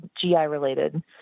GI-related